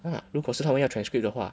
啊如果是他们要 transcript 的话